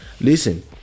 Listen